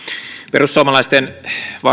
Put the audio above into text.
perussuomalaisten